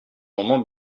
moment